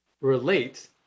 relate